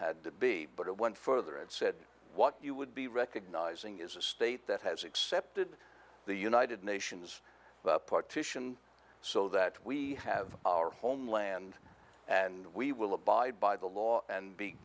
had to be but it went further and said what you would be recognizing is a state that has accepted the united nations partition so that we have our homeland and we will abide by the law and be